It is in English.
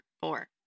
four